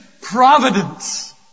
providence